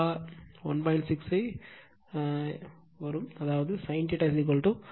6 ஐ ஏற்றவும் அதாவது sin 0